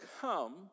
come